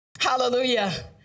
Hallelujah